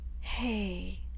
Hey